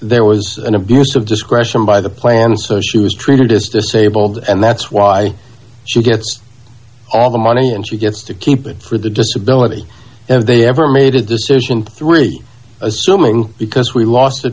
there was an abuse of discretion by the plan so she was treated as disabled and that's why she gets all the money and she gets to keep it for the disability if they ever made a decision three assuming because we lost a